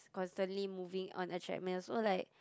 constantly moving on a treadmill so like